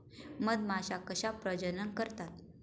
मधमाश्या कशा प्रजनन करतात?